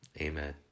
Amen